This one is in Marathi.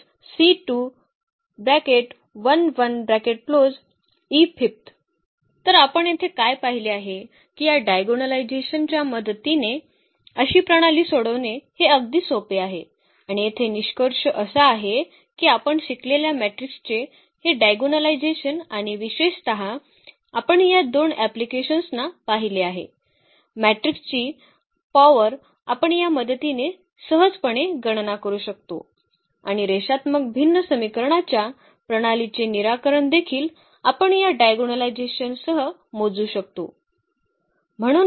Eigenvectors तर आपण येथे काय पाहिले आहे की या डायगोनलायझेशनच्या मदतीने अशी प्रणाली सोडवणे हे अगदी सोपे होते आणि येथे निष्कर्ष असा आहे की आपण शिकलेल्या मॅट्रिक्सचे हे डायगोनलायझेशन आणि विशेषतः आपण या दोन अँप्लिकेशन्सना पाहिले आहे मॅट्रिकची पॉवर आपण या मदतीने सहजपणे गणना करू शकतो आणि रेषात्मक भिन्न समीकरणाच्या प्रणालीचे निराकरण देखील आपण या डायगोनलायझेशन सह मोजू शकतो